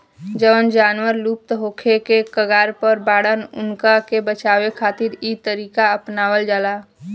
जवन जानवर लुप्त होखे के कगार पर बाड़न उनका के बचावे खातिर इ तरीका अपनावल जाता